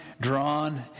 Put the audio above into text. Drawn